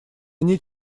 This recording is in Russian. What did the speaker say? они